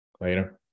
later